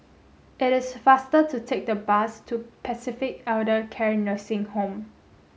it is faster to take the bus to Pacific Elder Care Nursing Home